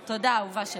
תודה, אהובה שלי.